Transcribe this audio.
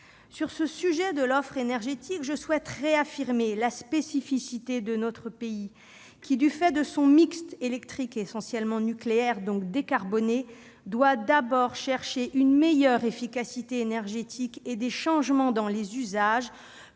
sur ce sujet de l'offre énergétique, je souhaite réaffirmer la spécificité de notre pays, qui, du fait de son mix électrique essentiellement nucléaire, donc décarboné, doit rechercher d'abord une meilleure efficacité énergétique et des changements dans les usages,